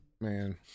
man